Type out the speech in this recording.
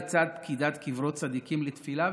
לצד פקידת קברות צדיקים לתפילה,